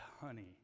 honey